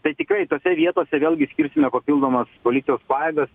tai tikrai tose vietose vėlgi skirsime papildomas policijos pajėgas